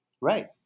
Right